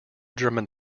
german